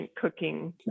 cooking